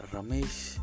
Ramesh